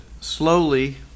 slowly